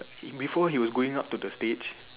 before he was going up to the stage